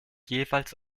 jeweils